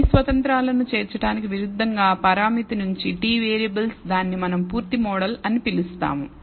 అన్ని స్వతంత్రాలను చేర్చడానికి విరుద్ధంగా పరామితి మంచి t వేరియబుల్స్ దానిని మనం పూర్తి మోడల్ అని పిలుస్తాము